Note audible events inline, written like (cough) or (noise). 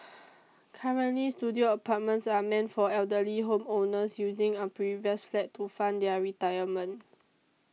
(noise) currently studio apartments are meant for elderly home owners using a previous flat to fund their retirement